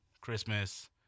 Christmas